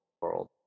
world